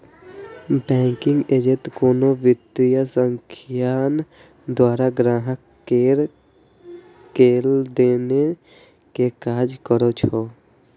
banking agent कोनो वित्तीय संस्थान द्वारा ग्राहक केर लेनदेन के काज करै छै